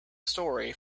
story